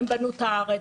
את הארץ,